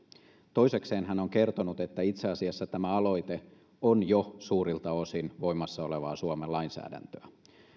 toisekseen hän on kertonut että itse asiassa tämä aloite on jo suurilta osin voimassa olevaa suomen lainsäädäntöä